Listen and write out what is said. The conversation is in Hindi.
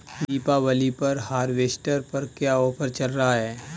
दीपावली पर हार्वेस्टर पर क्या ऑफर चल रहा है?